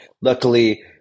Luckily